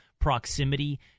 proximity